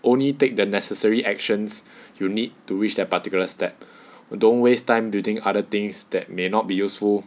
only take the necessary actions you need to reach that particular step don't waste time doing other things that may not be useful